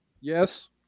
yes